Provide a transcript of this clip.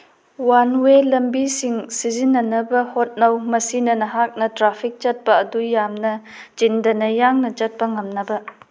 one way ꯂꯝꯕꯤꯁꯤꯡ ꯁꯤꯖꯤꯟꯅꯅꯕ ꯍꯣꯠꯅꯧ ꯃꯁꯤꯅ ꯅꯍꯥꯛꯅ ꯇ꯭ꯔꯥꯐꯤꯛ ꯆꯠꯄ ꯑꯗꯨ ꯌꯥꯝꯅ ꯆꯤꯟꯗꯅ ꯌꯥꯡꯅ ꯆꯠꯄ ꯉꯝꯅꯕ